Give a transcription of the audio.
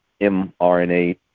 mRNA